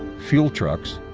fuel trucks,